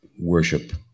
Worship